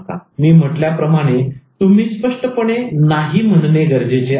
मी म्हटल्याप्रमाणे तुम्ही स्पष्टपणे 'नाही' म्हणणे गरजेचे आहे